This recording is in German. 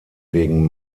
wegen